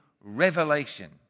revelation